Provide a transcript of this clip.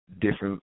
different